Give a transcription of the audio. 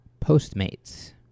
Postmates